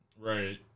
Right